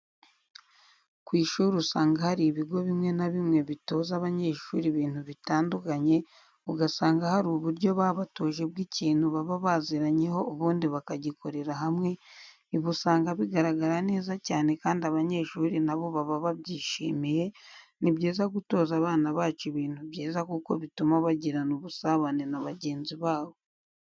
Ku ishuri usanga hari ibigo bimwe na bimwe bitoza abanyeshuri ibintu bitandukanye, ugasanga hari uburyo babatoje bw'ikintu baba baziranyeho ubundi bakagikorera hamwe, ibi usanga bigaragara neza cyane kandi abanyeshuri na bo baba babyishimiye, ni byiza gutoza abana bacu ibintu byiza kuko bituma bagirana ubusabane na bagenzi babo.